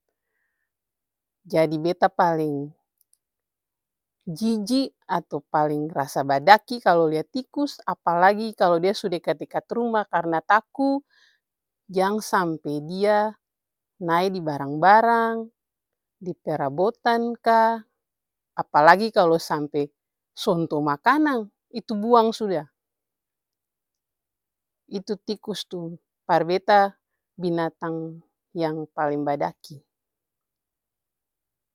Jadi beta paleng jiji atau paleng rasa badaki kalu lia tikus apalagi dia su dekat-dekat ruma karna taku jang sampe dia nae dibarang-barang, diperabotan ka, apalagi sampe sonto makanang itu buang suda. Itu tikus tuh par beta binatang paleng badaki.